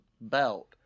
belt